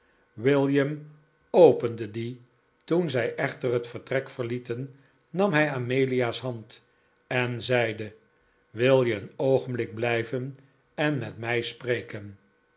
william opende die toen zij echter het vertrek verlieten nam hij amelia's hand en zeide wil je een oogenblik blijven en met mij spreken